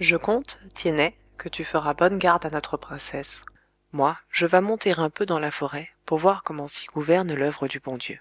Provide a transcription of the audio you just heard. je compte tiennet que tu feras bonne garde à notre princesse moi je vas monter un peu dans la forêt pour voir comment s'y gouverne l'oeuvre du bon dieu